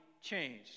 changed